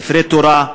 ספרי תורה,